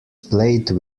played